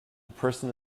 person